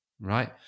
Right